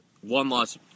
one-loss